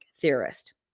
theorist